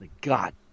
God